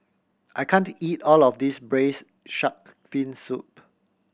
I can't eat all of this Braised Shark Fin Soup